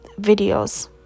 videos